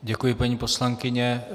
Děkuji, paní poslankyně.